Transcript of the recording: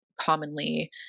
commonly